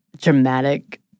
dramatic